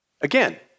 again